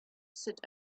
sit